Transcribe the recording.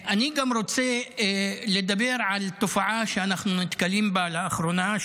אני רוצה לדבר גם על תופעה שאנחנו נתקלים בה לאחרונה.